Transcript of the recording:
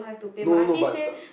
no no no but the